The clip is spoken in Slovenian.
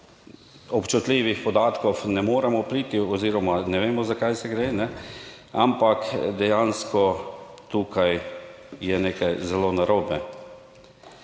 občutljivih podatkov ne moremo priti oziroma ne vemo, za kaj se gre, ampak dejansko tukaj je nekaj zelo narobe.